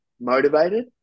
motivated